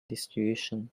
distribution